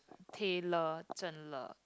Tayle Zhen-Le